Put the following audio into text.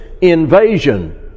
invasion